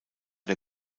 der